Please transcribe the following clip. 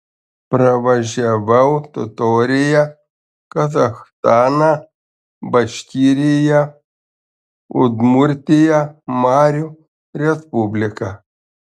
pravažiavau totoriją kazachstaną baškiriją udmurtiją marių respubliką